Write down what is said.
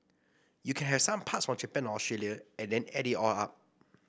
you can have some parts from Japan or Australia and then add it all up